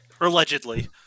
Allegedly